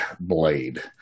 blade